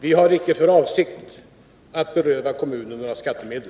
Vi har icke för avsikt att beröva kommunerna några skattemedel.